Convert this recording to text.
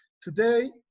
Today